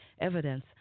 evidence